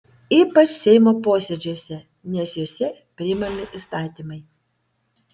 ypač seimo posėdžiuose nes juose priimami įstatymai